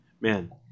Man